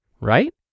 Right